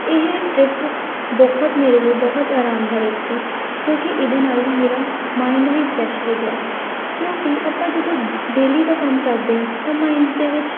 ਇਹ ਟਰਿੱਪ ਬਹੁਤ ਮੇਰੇ ਲਈ ਬਹੁਤ ਆਰਾਮਦਾਇਕ ਸੀ ਕਿਉਂਕਿ ਇਹਦੇ ਨਾਲ ਮੇਰਾ ਮਾਇੰਡ ਵੀ ਫਰੈਸ਼ ਹੋ ਗਿਆ ਕਿਉਂਕਿ ਆਪਾਂ ਜਦੋਂ ਡੇਲੀ ਦਾ ਕੰਮ ਕਰਦੇ ਹਾਂ ਤਾਂ ਮਾਇੰਡ ਦੇ ਵਿੱਚ